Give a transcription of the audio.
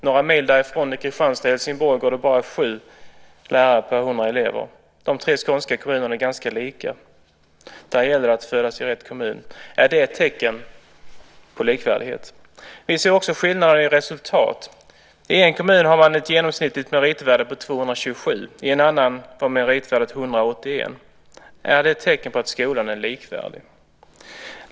Några mil därifrån är nivån bara 7 lärare på 100 elever. De tre skånska kommunerna är ganska lika. Där gäller det att födas i rätt kommun. Är det ett tecken på likvärdighet? Vi ser också skillnader i resultat. I en kommun har man ett genomsnittligt meritvärde om 227. I en annan är meritvärdet 181. Är det ett tecken på att skolan är likvärdig?